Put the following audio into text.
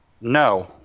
No